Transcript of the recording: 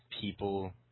people